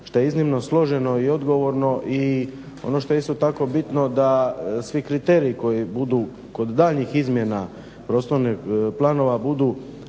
šta je iznimno složeno i odgovorno. I ono što je isto tako bitno, da svi kriteriji koji budu kod daljnjih izmjena prostornih planova budu